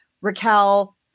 Raquel